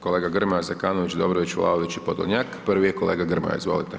Kolega Grmoja, Zekanović, Dobrović, Vlaović i Podolnjak, prvi je kolega Grmoja, izvolite.